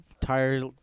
tired